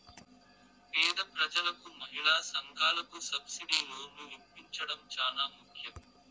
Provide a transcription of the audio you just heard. పేద ప్రజలకు మహిళా సంఘాలకు సబ్సిడీ లోన్లు ఇప్పించడం చానా ముఖ్యం